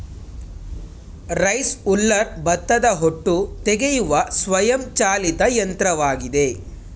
rice huller ಭತ್ತದ ಹೊಟ್ಟು ತೆಗೆಯುವ ಸ್ವಯಂ ಚಾಲಿತ ಯಂತ್ರವಾಗಿದೆ